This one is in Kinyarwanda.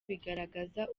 bigaragaza